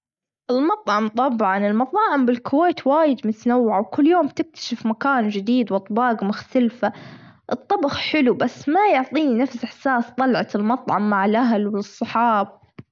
المطعم طبعًا المطاعم بالكويت وايد متنوعة، وكل يوم تكتشف مكان جديد وأطباج مختلفة، الطبخ حلو بس ما يعطيني نفس إحساس طلعة المطعم مع الاهل والصحاب.